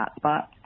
hotspots